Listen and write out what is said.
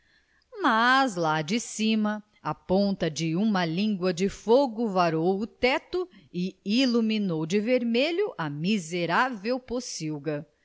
lá de cima a ponta de uma língua de fogo varou o teto e iluminou de vermelho a miserável pocilga